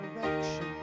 direction